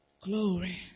Glory